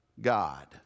God